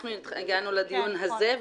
אנחנו הגענו לדיון הזה,